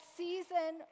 season